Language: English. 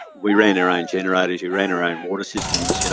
we ran our own generators, we ran our own water systems, you know